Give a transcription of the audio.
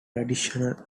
tradition